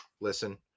listen